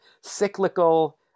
cyclical